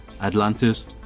Atlantis